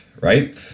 Right